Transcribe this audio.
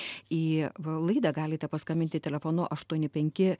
į laidą galite paskambinti telefonu aštuoni penki